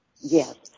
Yes